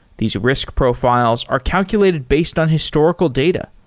these risk profiles are calculated based on historical data.